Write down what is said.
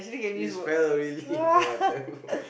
this fellow really no I tell you